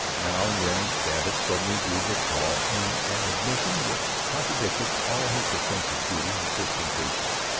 now and then babbitt suddenly agreed with paul in an admission which contradicted all his defense of duty and christian patience,